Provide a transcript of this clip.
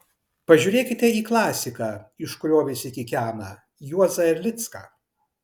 pažiūrėkite į klasiką iš kurio visi kikena juozą erlicką